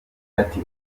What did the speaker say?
ati